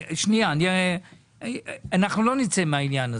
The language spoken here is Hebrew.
שנייה, אנחנו לא נצא מהעניין הזה.